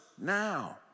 now